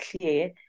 clear